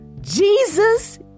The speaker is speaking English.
Jesus